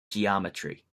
geometry